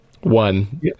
one